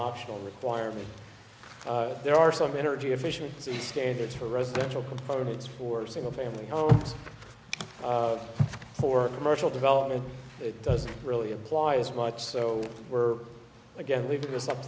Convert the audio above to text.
optional requirement there are some energy efficiency standards for residential components for single family homes for commercial development it doesn't really apply as much so we're again leaving this up